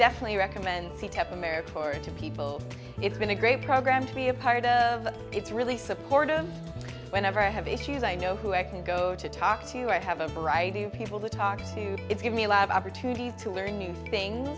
definitely recommend seat up america for it to people it's been a great program to be a part of it's really supportive whenever i have issues i know who actually go to talk to i have a variety of people to talk to it's give me a lot of opportunity to learn new things